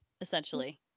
essentially